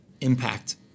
Impact